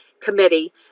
Committee